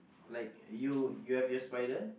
like you you have your spider